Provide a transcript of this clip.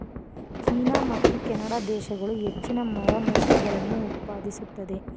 China ಮತ್ತು Canada ದೇಶಗಳು ಹೆಚ್ಚಿನ ಮರಮುಟ್ಟುಗಳನ್ನು ಉತ್ಪಾದಿಸುತ್ತದೆ